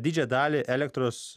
didžiąją dalį elektros